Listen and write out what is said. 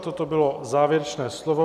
Toto bylo závěrečné slovo.